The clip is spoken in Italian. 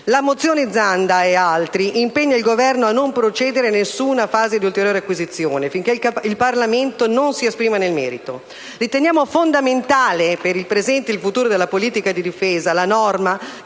La mozione Zanda e altri impegna il Governo a non procedere a nessuna fase di ulteriore acquisizione finché il Parlamento non si esprima nel merito. Riteniamo fondamentale, per il presente e il futuro della politica di difesa, la norma